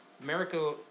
America